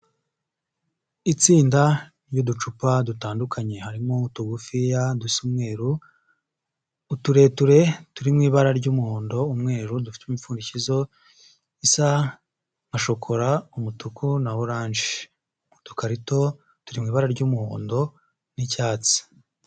Iitsinda ry'uducupa dutandukanye. Harimo tugufiya dusa umweru, utureture turi mu ibara ry'umuhondo umweru, dufite imipfundikirizo isa nka shokora, umutuku, na oranje. Udukarito turi mu ibara ry'umuhondo, n'icyatsi.